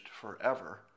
forever